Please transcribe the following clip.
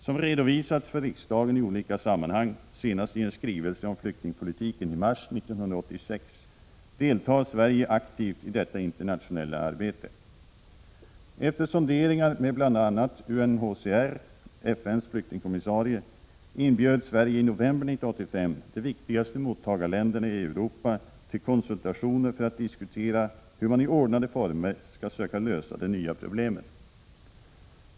Som redovisats för riksdagen i olika sammanhang — senast i en skrivelse om flyktingpolitiken i mars 1986 — deltar Sverige aktivt i detta internationella arbete. Efter sonderingar med bl.a. UNHCR, FN:s flyktingkommissarie, inbjöd Sverige i november 1985 de viktigaste mottagarländerna i Europa till konsultationer för att diskutera hur man i ordnade former skall söka lösa de nya problemen.